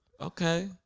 Okay